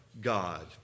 God